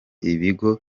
ibigo